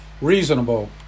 reasonable